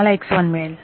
मला मिळेल